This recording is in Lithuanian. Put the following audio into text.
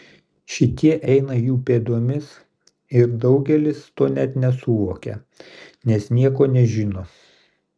šitie eina jų pėdomis ir daugelis to net nesuvokia nes nieko nežino